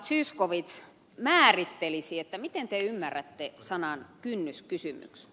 zyskowicz määrittelisi miten te ymmärrätte sanan kynnyskysymys